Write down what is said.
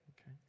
Okay